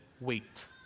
Wait